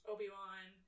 Obi-Wan